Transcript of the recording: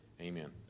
amen